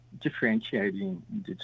differentiating